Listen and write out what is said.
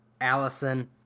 Allison